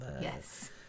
yes